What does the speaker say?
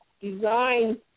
design